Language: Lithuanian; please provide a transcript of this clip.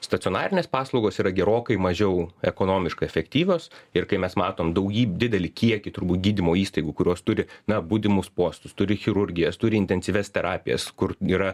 stacionarinės paslaugos yra gerokai mažiau ekonomiškai efektyvios ir kai mes matom daugyb didelį kiekį turbūt gydymo įstaigų kurios turi na būdimus postus turi chirurgijas turi intensyvias terapijas kur yra